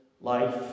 life